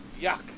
yuck